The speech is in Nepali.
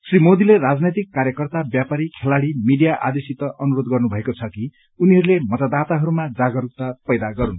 श्री मोदीले राजनैतिक कार्यकर्ता व्यापारी खेलाड़ी मीडिया आदिसित अनुरोध गर्नुभएको छ कि उनीहरूले मतदाताहरूमा जागरूकता पैदा गरून्